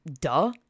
duh